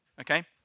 Okay